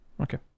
Okay